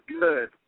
good